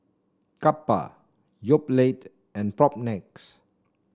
Kappa Yoplait and Propnex